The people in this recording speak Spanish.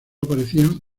aparecían